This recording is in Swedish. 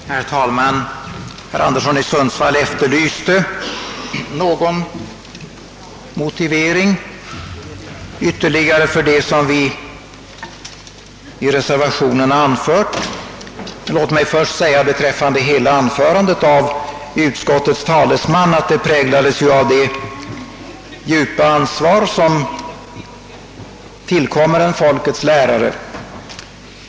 Herr talman! Herr Anderson i Sundsvall efterlyste någon ytterligare motivering för vad vi har anfört i reservationen. Låt mig först säga att hela anförandet av utskottets talesman präglades av det djupa ansvar som tillkommer en folkets lärare.